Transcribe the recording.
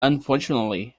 unfortunately